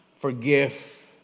forgive